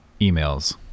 emails